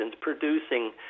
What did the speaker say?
producing